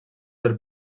del